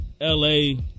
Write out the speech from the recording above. LA